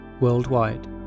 worldwide